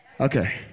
Okay